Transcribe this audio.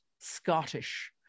Scottish